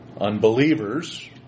Unbelievers